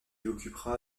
occupera